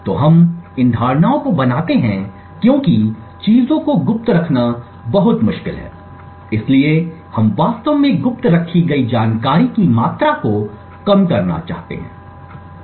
तो हम इन धारणाओं को बनाते हैं क्योंकि चीजों को गुप्त रखना बहुत मुश्किल है इसलिए हम वास्तव में गुप्त रखी गई जानकारी की मात्रा को कम करना चाहते हैं